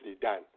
done